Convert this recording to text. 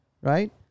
right